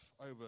over